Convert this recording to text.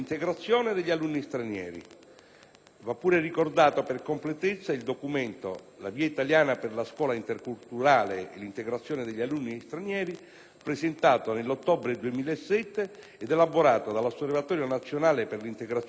Va pure ricordato, per completezza, il documento «La via italiana per la scuola interculturale e l'integrazione degli alunni stranieri», presentato nell'ottobre 2007 ed elaborato dall'Osservatorio nazionale per l'integrazione degli alunni stranieri e per l'educazione interculturale,